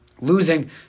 losing